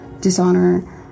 dishonor